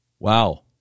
Wow